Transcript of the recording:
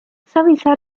savisaar